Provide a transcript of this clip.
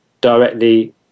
directly